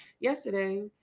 Yesterday